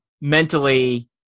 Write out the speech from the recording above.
mentally